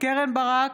קרן ברק,